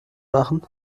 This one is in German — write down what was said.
machen